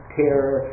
terror